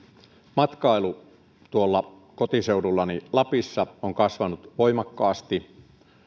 matkailu kotiseudullani lapissa on kasvanut voimakkaasti